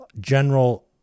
general